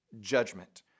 judgment